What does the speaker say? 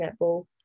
netball